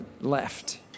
left